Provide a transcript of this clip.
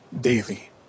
daily